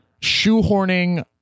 shoehorning